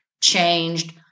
changed